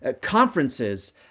conferences